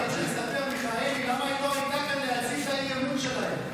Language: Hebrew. תודה, חברת הכנסת טלי גוטליב.